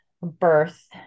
birth